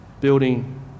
building